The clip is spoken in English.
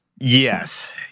Yes